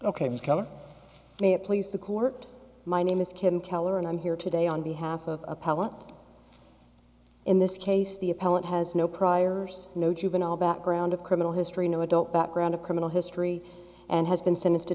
ok may it please the court my name is kim keller and i'm here today on behalf of appellant in this case the appellant has no priors no juvenile background of criminal history no adult background of criminal history and has been sentenced to